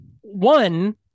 One